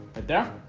right there